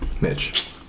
Mitch